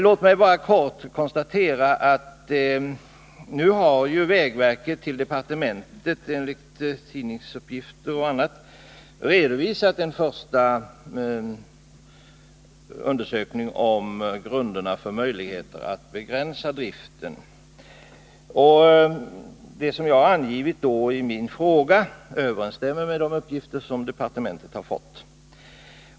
Låt mig bara kort konstatera att vägverket — enligt tidningsuppgifter och annat — nu till departementet har redovisat en första undersökning om möjligheterna att begränsa färjedriften. Det som jag har angivit i min fråga överensstämmer med de uppgifter som departementet har fått.